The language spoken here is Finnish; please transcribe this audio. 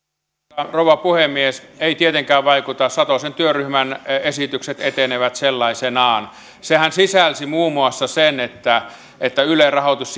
arvoisa rouva puhemies ei tietenkään vaikuta satosen työryhmän esitykset etenevät sellaisenaan sehän sisälsi muun muassa sen että että ylen rahoitus